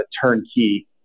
turnkey